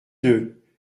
deux